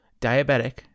Diabetic